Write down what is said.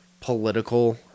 political